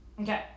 Okay